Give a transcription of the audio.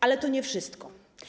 Ale to nie wszystko.